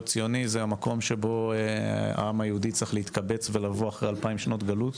ציוני זה המקום שבו העם היהודי צריך להתקבץ ולבוא אחרי אלפיים שנות גלות,